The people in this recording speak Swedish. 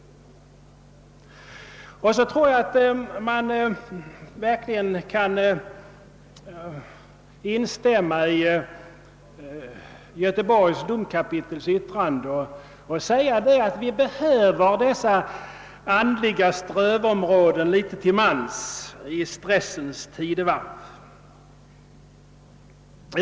Jag kan instämma i Göteborgs domkapitels yttrande och säga att vi behöver dessa andliga strövområden litet var i detta stressens tidevarv.